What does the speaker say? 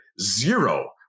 zero